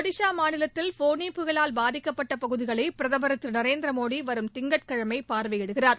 ஒடிஷா மாநிலத்தில் ஃபோனி புயலால் பாதிக்கப்பட்ட பகுதிகளை பிரதமர் திரு நரேந்திர மோடி வரும் திங்கட்கிழமை பார்வையிடுகிறார்